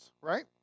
right